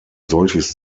solches